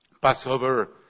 Passover